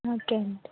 okay అండి